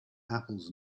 apples